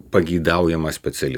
pageidaujamą specialistą